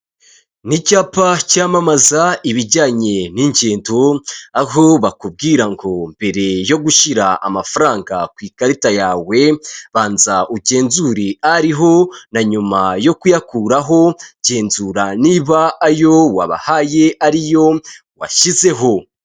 Ni icyapa cyamamaza ibijyanye n'ingingo, aho bakubwira ngo mbere yo gushyira amafaranga ku ikarita yawe banza ugenzure ariho na nyuma yo kuyakuraho genzura niba ayo wabahaye ari yo washyizeho.